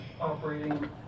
operating